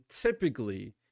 typically